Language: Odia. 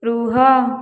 ରୁହ